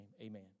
Amen